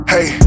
Hey